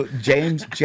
James